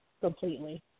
completely